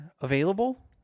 available